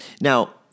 Now